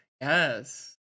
Yes